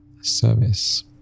service